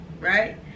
right